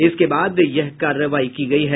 इसके बाद यह कार्रवाई की गयी है